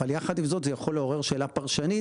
אבל יחד עם זאת זה יכול לעורר שאלה פרשנית